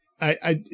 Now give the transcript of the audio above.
I-